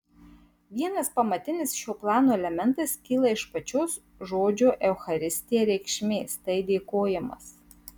vienas pamatinis šio plano elementas kyla iš pačios žodžio eucharistija reikšmės tai dėkojimas